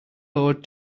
load